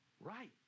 Right